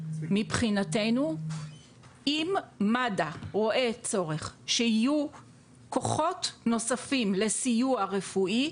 מבחינתנו אם מד"א רואה צורך שיהיו כוחות נוספים לסיוע רפואי,